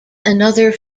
another